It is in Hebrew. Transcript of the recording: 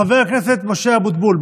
חבר הכנסת משה אבוטבול,